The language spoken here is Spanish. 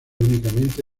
únicamente